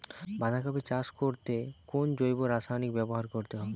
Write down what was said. বাঁধাকপি চাষ করতে কোন জৈব রাসায়নিক ব্যবহার করতে হবে?